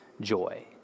joy